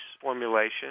formulation